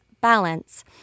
balance